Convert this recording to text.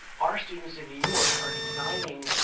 our students in new york are designing